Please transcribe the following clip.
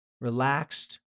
relaxed